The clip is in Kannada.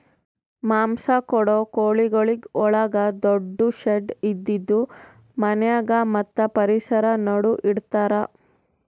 ಮಾಂಸ ಕೊಡೋ ಕೋಳಿಗೊಳಿಗ್ ಒಳಗ ದೊಡ್ಡು ಶೆಡ್ ಇದ್ದಿದು ಮನ್ಯಾಗ ಮತ್ತ್ ಪರಿಸರ ನಡು ಇಡತಾರ್